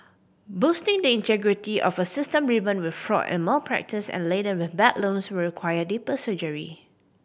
boosting the integrity of a system riven with fraud and malpractice and laden with bad loans will require deeper surgery